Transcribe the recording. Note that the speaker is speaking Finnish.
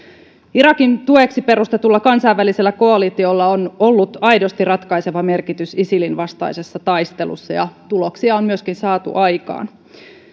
irakin tueksi perustetulla kansainvälisellä koalitiolla on ollut aidosti ratkaiseva merkitys isilin vastaisessa taistelussa ja myöskin tuloksia on saatu aikaan